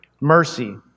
mercy